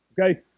Okay